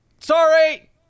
Sorry